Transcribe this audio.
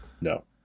No